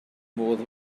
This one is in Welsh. modd